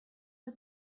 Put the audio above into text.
was